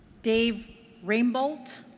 dave rainbolt?